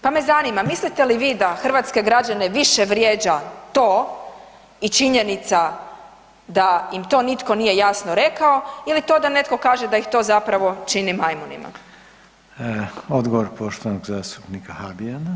Pa me zanima, mislite li vi da hrvatske građane više vrijeđa to i činjenica da im to nitko nije jasno rekao ili to da netko kaže da ih to zapravo čini majmunima?